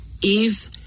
Eve